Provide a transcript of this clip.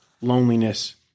loneliness